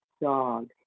dog